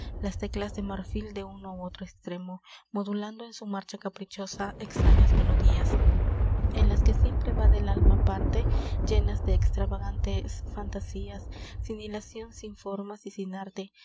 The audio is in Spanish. las teclas de marfil de uno á otro extremo modulando en su marcha caprichosa extrañas melodías en las que siempre va del alma parte llenas de extravagantes fantasías sin hilacion sin formas y sin arte